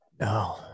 no